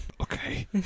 Okay